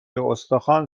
استخوان